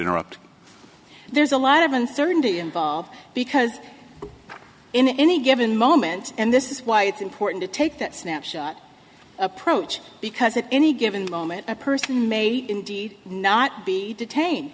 interrupt there's a lot of uncertainty involved because in any given moment and this is why it's important to take that snapshot approach because if any given moment a person may indeed not be detained